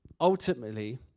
ultimately